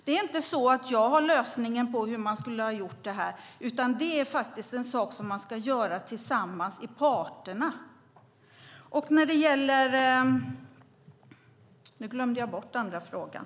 Det är inte så att jag har lösningen på hur man skulle ha gjort detta, utan det är en sak parterna ska göra tillsammans. Jag har glömt bort den andra frågan.